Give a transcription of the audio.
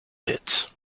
hits